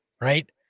right